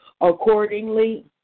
accordingly